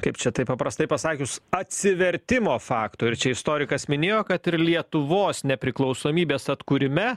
kaip čia taip paprastai pasakius atsivertimo fakto ir čia istorikas minėjo kad ir lietuvos nepriklausomybės atkūrime